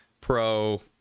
pro-